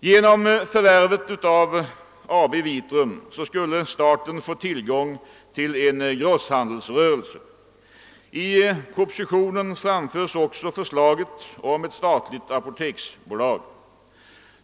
Genom förvärvet av Vitrum AB skulle staten få tillgång till en grosshandelsrörelse. I propositionen framförs också förslag om ett statligt apoteksbolag.